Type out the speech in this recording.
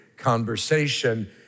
conversation